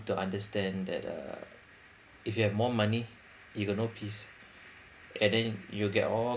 to understand that uh if you have more money you got no peace and then you'll get all